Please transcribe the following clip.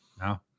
no